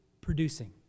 producing